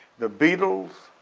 the beatles